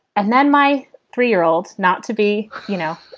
and then my three year old not to be, you know,